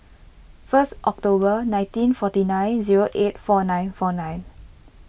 first October nineteen forty nine zero eight four nine four nine